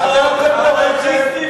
אתה יוצר פה רצף.